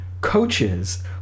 coaches